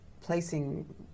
placing